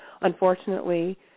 Unfortunately